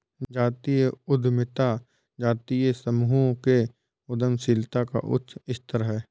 जातीय उद्यमिता जातीय समूहों के उद्यमशीलता का उच्च स्तर है